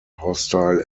hostile